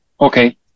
Okay